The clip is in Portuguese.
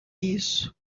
isso